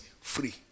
Free